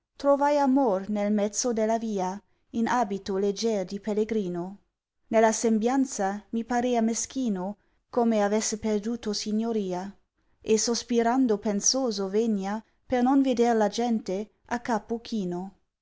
trovai amor nel mezzo della via in abito legger di pellegrino nella sejivnza mi parea meschino comblsse perduto signoria e sospirando pensoso venia per non veder la gente a capo chino